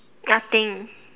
nothing